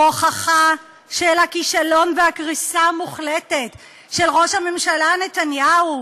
הוכחה לכישלון ולקריסה המוחלטת של ראש הממשלה נתניהו,